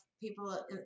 people